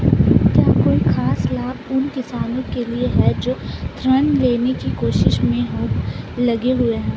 क्या कोई खास लाभ उन किसानों के लिए हैं जो ऋृण लेने की कोशिश में लगे हुए हैं?